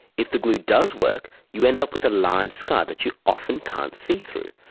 if the glue does work, you end up with a large scar that you often can't see through,